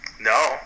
No